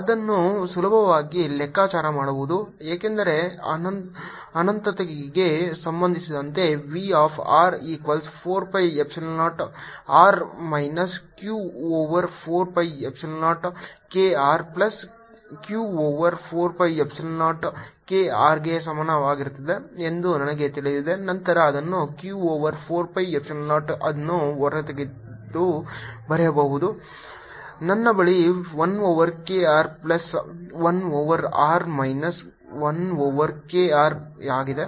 ಇದನ್ನು ಸುಲಭವಾಗಿ ಲೆಕ್ಕಾಚಾರ ಮಾಡಬಹುದು ಏಕೆಂದರೆ ಅನಂತತೆಗೆ ಸಂಬಂಧಿಸಿದಂತೆ v of r equals 4 pi epsilon 0 r minus Q over 4 pi epsilon 0 k R plus q over 4 pi epsilon 0 k r ಗೆ ಸಮಾನವಾಗಿರುತ್ತದೆ ಎಂದು ನನಗೆ ತಿಳಿದಿದೆ ನಂತರ ಅದನ್ನು q ಓವರ್ 4 pi ಎಪ್ಸಿಲಾನ್ 0 ಅನ್ನು ಹೊರತೆಗೆದು ಬರೆಯಬಹುದು ನನ್ನ ಬಳಿ 1 over k r plus 1 over r minus 1 over k R ಇದೆ